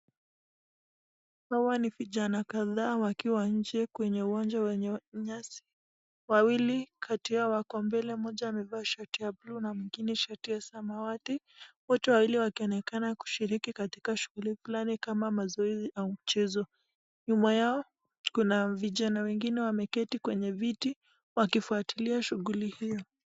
Hawa ni vijana kadhaa wakiwa nje kwenye uwanja wa nyasi wawili kati yao wako mbele mmoja amevaa shati ya buluu na mwingine shati ya samawati. Wote wawili wakionekana kushiriki katika shughuli fulani kama mazoezi au mchezo nyuma yao kuna vijana wengine wameketi kwenye viti wakifuatilia michezo hiyo.